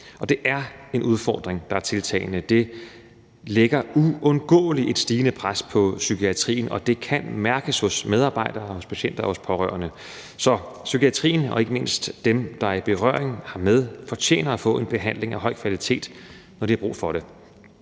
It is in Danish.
Det er en udfordring, det er tiltagende. Det lægger uundgåeligt et stigende pres på psykiatrien, og det kan mærkes hos medarbejdere og hos patienter og også hos pårørende. Så psykiatrien og ikke mindst dem, der er i berøring hermed, fortjener at få en behandling af høj kvalitet, når de har brug for det.